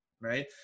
right